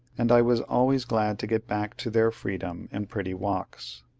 and i was always glad to get back to their freedom and pretty walks.